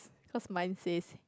cause mine says